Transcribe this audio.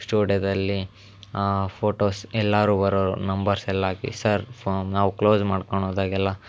ಸ್ಟೂಡ್ಯದಲ್ಲಿ photos ಎಲ್ಲರೂ ಬರೋವ್ರು numbers ಎಲ್ಲ ಹಾಕಿ ಸರ್ ಫೋ ನಾವು ಕ್ಲೋಸ್ ಮಾಡ್ಕೊಂಡೋದಾಗೆಲ್ಲ